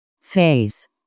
Phase